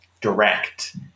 direct